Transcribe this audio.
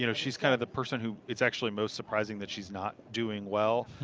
you know she is kind of the person who is actually most surprising that she is not doing well.